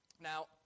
Now